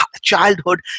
childhood